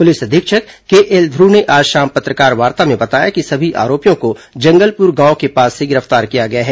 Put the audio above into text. police अधीक्षक K L Dhruv ने आज शाम पत्रकारवार्ता में बताया कि सभी आरोपियों को जंगलपुर गांव के पास से गिर फ्तार किया गया है